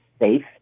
safe